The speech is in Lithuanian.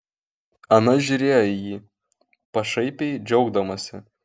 ana žiūrėjo į jį pašaipiai džiaugdamasi